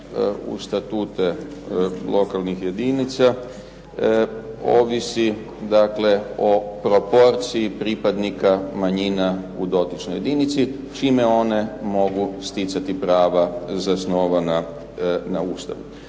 u statute lokalnih jedinica ovisi dakle o proporciji pripadnika manjina u dotičnoj jedinici čime one mogu sticati prava zasnovana na Ustavu.